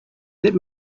let